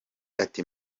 ati